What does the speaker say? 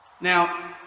Now